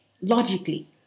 logically